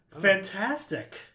fantastic